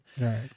right